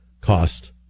cost